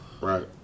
right